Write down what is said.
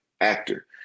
actor